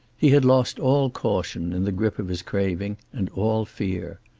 he had lost all caution in the grip of his craving, and all fear.